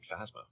Phasma